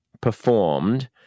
performed